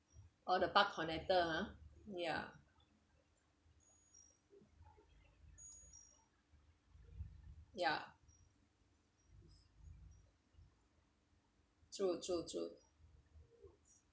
oh the park connector hor ya ya true true true